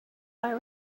viral